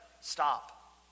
stop